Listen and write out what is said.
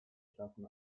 klassen